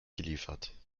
geliefert